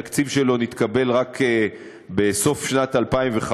התקציב שלו התקבל רק בסוף שנת 2015,